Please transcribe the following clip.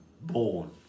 born